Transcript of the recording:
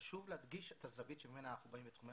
חשוב להדגיש את הזווית שממנה אנחנו באים בתחומי